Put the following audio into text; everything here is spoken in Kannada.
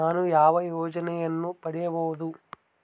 ನಾನು ಯಾವ ಯೋಜನೆಯನ್ನು ಪಡೆಯಬಹುದು?